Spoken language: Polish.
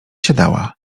siadała